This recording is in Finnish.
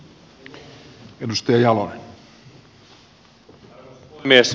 arvoisa puhemies